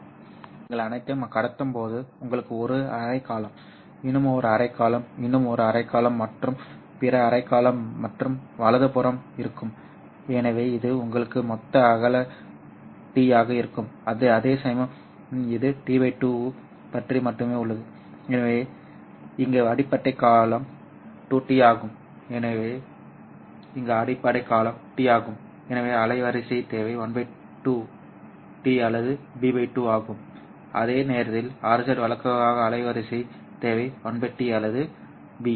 ஏனென்றால் நீங்கள் அனைத்தையும் கடத்தும் போது உங்களுக்கு ஒரு அரை காலம் இன்னும் ஒரு அரை காலம் இன்னும் ஒரு அரை காலம் மற்றும் பிற அரை காலம் மற்றும் வலதுபுறம் இருக்கும் எனவே இது உங்கள் மொத்த அகல T ஆக இருக்கும் அதேசமயம் இது T 2 பற்றி மட்டுமே உள்ளது எனவே இங்கே அடிப்படை காலம் 2T ஆகும் எனவே இங்கே அடிப்படை காலம் T ஆகும் எனவே அலைவரிசை தேவை 12 T அல்லது B 2 ஆகும் அதே நேரத்தில் RZ வழக்குக்கான அலைவரிசை தேவை 1 T அல்லது B